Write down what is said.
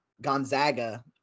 Gonzaga